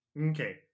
okay